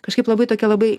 kažkaip labai tokia labai